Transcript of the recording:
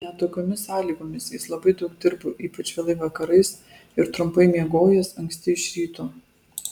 net tokiomis sąlygomis jis labai daug dirbo ypač vėlai vakarais ir trumpai miegojęs anksti iš ryto